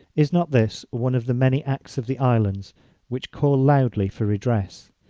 is not this one of the many acts of the islands which call loudly for redress?